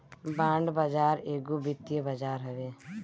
bond बाजार एगो वित्तीय बाजार हवे